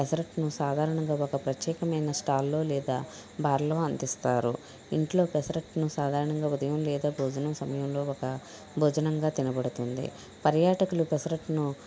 పెసరట్టును సాధారణంగా ఒక ప్రత్యేకమైన స్టాల్ లో లేదా బార్ లో అందిస్తారు ఇంట్లో పెసరట్టును సాధారణంగా ఉదయం లేదా భోజనం సమయంలో ఒక భోజనంగా తినబడుతుంది పర్యాటకులు పెసరట్టును